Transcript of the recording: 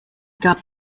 gab